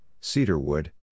cedarwood